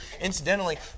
incidentally